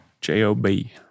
J-O-B